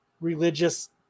religious